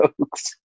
jokes